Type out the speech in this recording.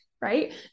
right